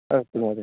अस्तु महोदयः